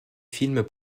film